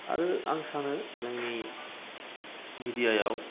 आरो आं सानो जोंनि मेडिया याव